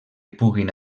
puguin